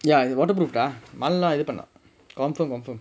ya இது:ithu waterproof dah மழைல இது பண்ணு:mazhailaa ithu pannu confirm confirm